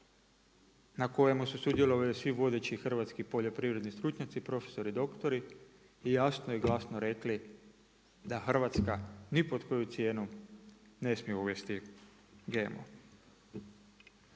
na kojemu su sudjelovali svi vodeći hrvatski poljoprivredni stručnjaci, profesori, doktori i jasno i glasno rekli, da Hrvatska ni pod koju cijenu ne smije uvesti GMO.